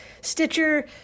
Stitcher